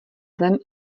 zem